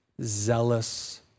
zealous